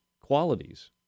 qualities